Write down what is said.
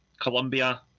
Colombia